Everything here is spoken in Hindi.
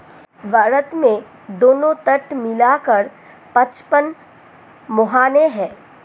भारत में दोनों तट मिला कर पचपन मुहाने हैं